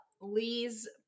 Lee's